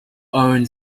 own